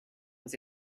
was